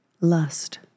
Lust